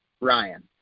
Ryan